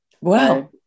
Wow